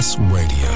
Radio